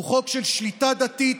הוא חוק של שליטה דתית.